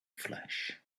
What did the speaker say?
flesh